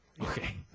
Okay